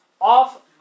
off